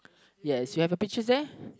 yes you have a peaches there